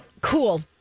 Cool